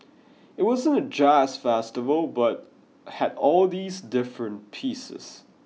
it wasn't a jazz festival but had all these different pieces